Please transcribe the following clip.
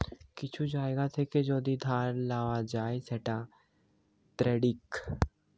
কিছু জায়গা থেকে যদি ধার লওয়া হয় সেটা ক্রেডিট